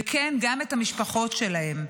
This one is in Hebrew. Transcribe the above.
וכן, גם של המשפחות שלהם,